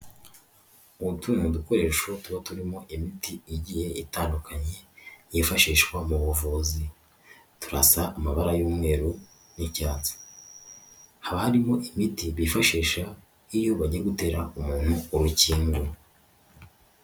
Utu ni dukoresho tuba turimo imiti igiye itandukanye yifashishwa mu buvuzi, turasa amabara y'umweru n'icyatsi, haba harimo imiti bifashisha iyo bagiye gutera umuntu urukingo.